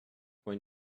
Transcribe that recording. when